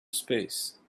space